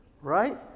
Right